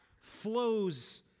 flows